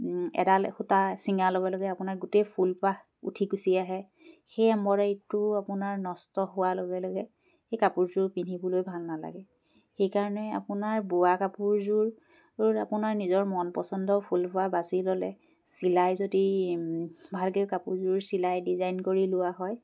এডাল সূতা চিঙাৰ লগে লগে আপোনাৰ গোটেই ফুলপাহ উঠি গুচি আহে সেই এম্ব্ৰইডাৰীতো আপোনাৰ নষ্ট হোৱাৰ লগে লগে সেই কাপোৰযোৰ পিন্ধিবলৈ ভাল নালাগে সেইকাৰণে আপোনাৰ বোৱা কাপোৰযোৰ আপোনাৰ নিজৰ মন পচন্দৰ ফুলপাহ বাছি ল'লে চিলাই যদি ভালকৈ কাপোৰযোৰ চিলাই ডিজাইন কৰি লোৱা হয়